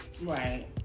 Right